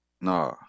Nah